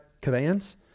commands